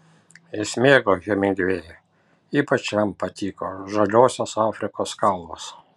jis mėgo hemingvėjų ypač jam patiko žaliosios afrikos kalvos